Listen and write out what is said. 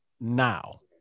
now